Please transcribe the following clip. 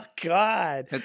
god